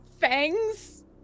fangs